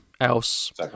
else